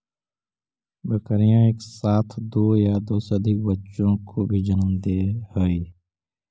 बकरियाँ एक साथ दो या दो से अधिक बच्चों को भी जन्म दे हई